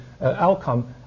outcome